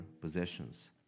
possessions